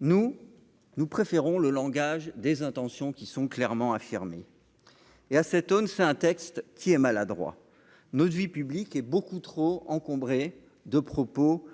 Nous, nous préférons le langage des intentions qui sont clairement affirmé et à cette aune, c'est un texte qui est maladroit, notre vie publique et beaucoup trop encombré de propos